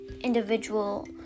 individual